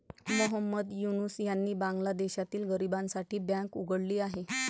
मोहम्मद युनूस यांनी बांगलादेशातील गरिबांसाठी बँक उघडली आहे